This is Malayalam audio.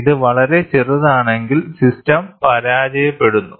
ഇത് വളരെ ചെറുതാണെങ്കിൽ സിസ്റ്റം പരാജയപ്പെടുന്നു